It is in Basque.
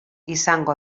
izango